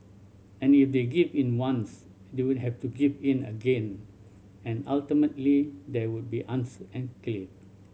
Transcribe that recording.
and if they give in once they would have to give in again and ultimately they would be